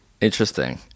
Interesting